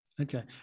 okay